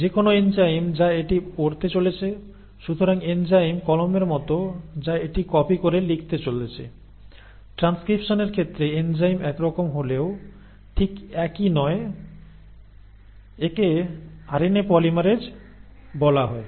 যেকোনো এনজাইম যা এটি পড়তে চলেছে সুতরাং এনজাইম কলমের মতো যা এটি কপি করে লিখতে চলেছে ট্রানস্ক্রিপশনের ক্ষেত্রে এনজাইম একরকম হলেও ঠিক একই নয় একে আরএনএ পলিমারেজ বলা হয়